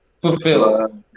Fulfill